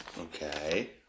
Okay